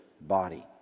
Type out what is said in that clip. body